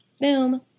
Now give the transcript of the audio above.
boom